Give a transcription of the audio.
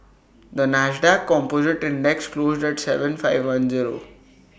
the Nasdaq composite index closed at Seven five one zero